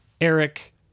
Eric